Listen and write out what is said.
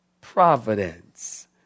providence